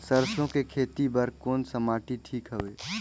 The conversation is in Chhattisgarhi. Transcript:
सरसो के खेती बार कोन सा माटी ठीक हवे?